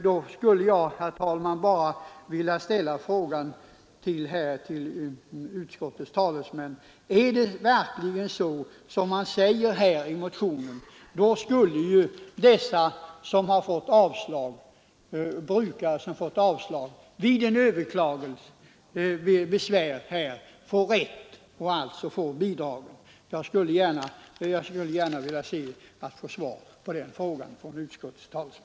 Då skulle jag, herr talman, bara vilja ställa frågan till utskottets talesman: Är det verkligen så som det sägs i utskottsbetänkandet, då skulle de brukare som fått avslag vid besvär få rätt och alltså beviljas bidrag. Jag skulle gärna vilja ha svar på den frågan från utskottets talesman.